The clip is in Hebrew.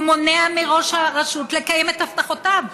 הוא מונע מראש הרשות לקיים את הבטחותיו.